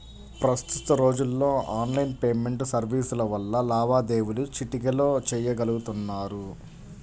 ప్రస్తుత రోజుల్లో online payment సర్వీసుల వల్ల లావాదేవీలు చిటికెలో చెయ్యగలుతున్నారు